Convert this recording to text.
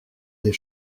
des